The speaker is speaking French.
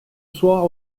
soir